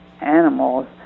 animals